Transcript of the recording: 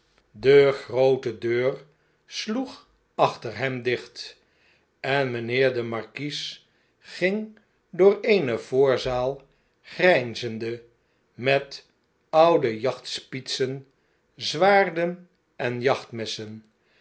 de groote deur sloeg achter hem dicht en mijnheer de markies ging door eene voorzaal grijnzende met oude jachtspietsen zwaarden en jachtmessen